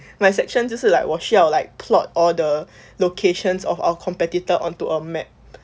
my section 就是 like 我需要 like plot all the locations of our competitor onto a map